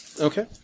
Okay